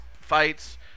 fights